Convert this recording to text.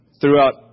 throughout